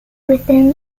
within